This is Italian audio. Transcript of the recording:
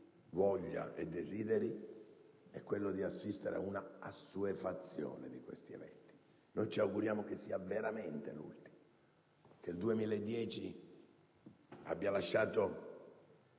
voglia e desideri è assistere ad un'assuefazione a questi eventi. Noi ci auguriamo che sia veramente l'ultimo, che il 2010 abbia lasciato